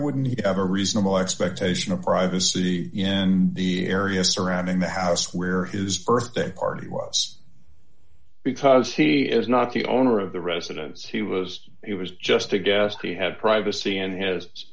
wouldn't he have a reasonable expectation of privacy in the area surrounding the house where his birthday party was because he is not the owner of the residence he was it was just a guess he had privacy and h